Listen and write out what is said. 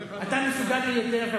אתה מסוגל ליותר.